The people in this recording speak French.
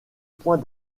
points